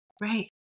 Right